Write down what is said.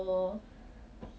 like 他 I don't know